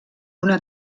una